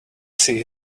see